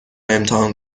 امتحان